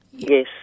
Yes